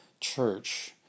church